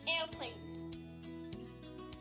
airplanes